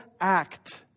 act